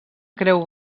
creu